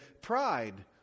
pride